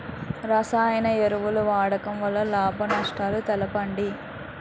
రసాయన ఎరువుల వాడకం వల్ల లాభ నష్టాలను తెలపండి?